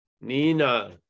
Nina